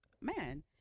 man